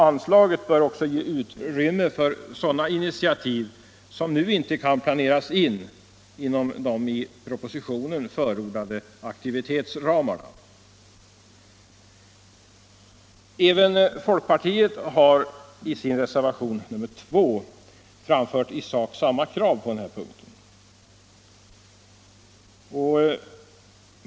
Anslaget bör ge utrymme även för sådana initiativ som nu inte kan planeras inom de i propositionen förordade aktivitetsramarna. Även folkpartiet har i reservationen 2 framfört i sak samma krav på den här punkten.